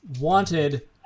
wanted